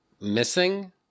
missing